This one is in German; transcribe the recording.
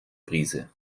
brise